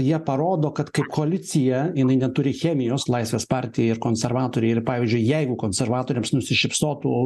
jie parodo kad kai koalicija jinai neturi chemijos laisvės partija ir konservatoriai ir pavyzdžiui jeigu konservatoriams nusišypsotų